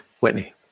Whitney